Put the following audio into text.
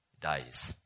dies